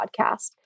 podcast